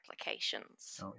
applications